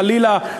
חלילה,